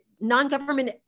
non-government